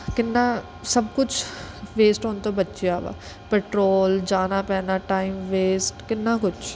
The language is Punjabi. ਕਿੰਨਾ ਸਭ ਕੁਛ ਵੇਸਟ ਹੋਣ ਤੋਂ ਬਚਿਆ ਵਾ ਪੈਟਰੋਲ ਜਾਣਾ ਪੈਣਾ ਟਾਈਮ ਵੇਸਟ ਕਿੰਨਾ ਕੁਛ